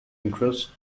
interest